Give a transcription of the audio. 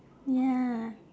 ya